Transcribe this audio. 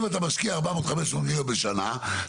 אם אתה משקיע 400-500 מיליון בשנה,